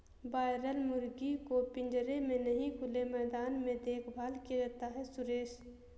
boiler मुर्गी को पिंजरे में नहीं खुले मैदान में देखभाल किया जाता है सुरेश